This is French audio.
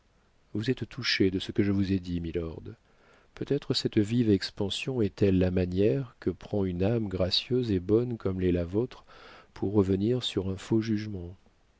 douce vous êtes touché de ce que je vous ai dit milord peut-être cette vive expansion est-elle la manière que prend une âme gracieuse et bonne comme l'est la vôtre pour revenir sur un faux jugement